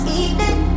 evening